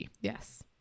Yes